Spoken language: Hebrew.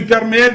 בכרמיאל,